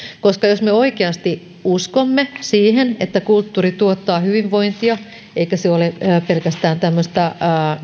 jos me oikeasti uskomme siihen että kulttuuri tuottaa hyvinvointia eikä se ole pelkästään tämmöistä